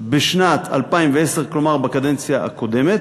בשנת 2010, כלומר בקדנציה הקודמת.